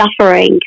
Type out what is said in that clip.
suffering